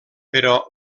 però